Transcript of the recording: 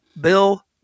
Bill